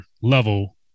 level